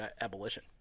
abolition